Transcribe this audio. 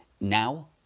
now